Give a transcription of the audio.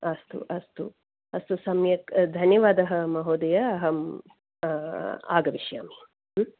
अस्तु अस्तु अस्तु सम्यक् धन्यवादः महोदय अहम् आगमिष्यामि